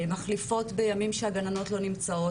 מחליפות בימים שהגננות לא נמצאות,